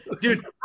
dude